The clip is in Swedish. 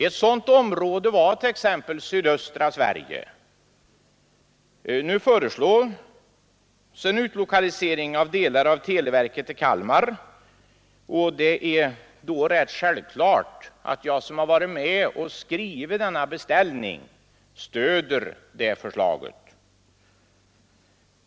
Ett sådant område var t.ex. sydöstra Sverige. Nu föreslås en utlokalisering av delar av televerket till Kalmar, och det är då självklart att jag, som har varit med om att skriva denna beställning, stöder det förslaget.